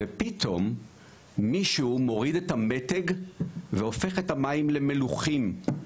ופתאום מישהו מוריד את המתג והופך את המים למלוחים.